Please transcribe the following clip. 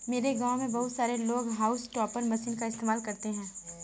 मेरे गांव में बहुत सारे लोग हाउस टॉपर मशीन का इस्तेमाल करते हैं